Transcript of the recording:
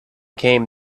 came